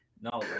No